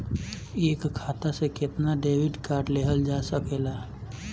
एक खाता से केतना डेबिट कार्ड लेहल जा सकेला?